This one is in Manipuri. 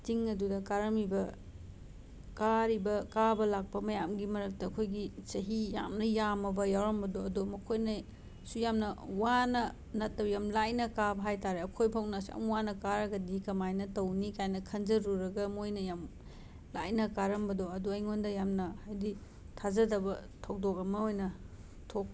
ꯆꯤꯡ ꯑꯗꯨꯗ ꯀꯥꯔꯝꯃꯤꯕ ꯀꯥꯔꯤꯕ ꯀꯥꯕ ꯂꯥꯛꯄ ꯃꯌꯥꯝꯒꯤ ꯃꯔꯛꯇ ꯑꯩꯈꯣꯏꯒꯤ ꯆꯍꯤ ꯌꯥꯝꯅ ꯌꯥꯝꯃꯕ ꯌꯥꯎꯔꯝꯕꯗꯣ ꯑꯗꯣ ꯃꯈꯣꯏꯅꯁꯨ ꯌꯥꯝꯅ ꯋꯥꯅ ꯅꯠꯇꯕ ꯌꯥꯝ ꯂꯥꯏꯅ ꯀꯥꯕ ꯍꯥꯏ ꯇꯥꯔꯦ ꯑꯩꯈꯣꯏꯐꯧꯅ ꯑꯁꯨꯛ ꯌꯥꯝ ꯋꯥꯅ ꯀꯥꯔꯒꯗꯤ ꯀꯃꯥꯏꯅ ꯇꯧꯅꯤ ꯀꯥꯏꯅ ꯈꯟꯖꯔꯨꯔꯒ ꯃꯣꯏꯅ ꯌꯥꯝ ꯂꯥꯏꯅ ꯀꯥꯔꯝꯕꯗꯣ ꯑꯗꯣ ꯑꯩꯉꯣꯟꯗ ꯌꯥꯝꯅ ꯍꯥꯏꯗꯤ ꯊꯥꯖꯗꯕ ꯊꯧꯗꯣꯛ ꯑꯃ ꯑꯣꯏꯅ ꯊꯣꯛ